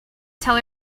tell